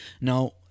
Now